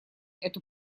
эту